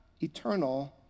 eternal